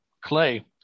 clay